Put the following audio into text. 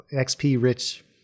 XP-rich